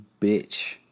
bitch